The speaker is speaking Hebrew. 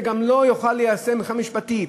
זה גם לא יוכל להיות מיושם מבחינה משפטית.